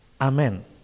amen